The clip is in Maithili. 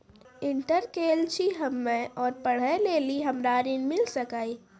इंटर केल छी हम्मे और पढ़े लेली हमरा ऋण मिल सकाई?